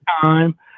time